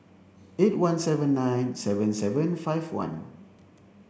eight one seven nine seven seven five one